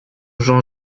jean